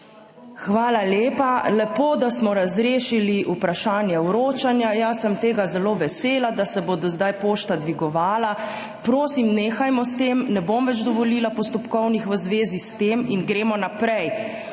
Hvala lepa. Lepo, da smo razrešili vprašanje vročanja. Jaz sem tega zelo vesela, da se bo od zdaj pošta dvigovala. Prosim, nehajmo s tem, ne bom več dovolila postopkovnih v zvezi s tem. Gremo naprej.